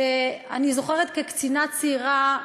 שאני זוכרת כקצינה צעירה,